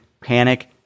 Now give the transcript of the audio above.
Panic